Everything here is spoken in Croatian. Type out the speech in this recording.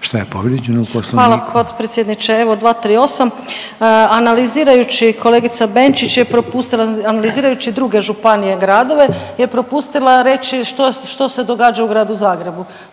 Šta je povrijeđeno u Poslovniku? **Grba-Bujević, Maja (HDZ)** Hvala potpredsjedniče. Evo, 238. Analizirajući, kolegica Benčić je propustila, analizirajuće druge županije, gradove je propustila reći što, što se događa u Gradu Zagrebu.